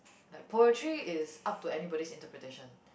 like peotry is up to anybody's interpretation